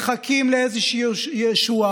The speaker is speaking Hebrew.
מחכים לאיזו ישועה.